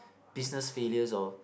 business failure or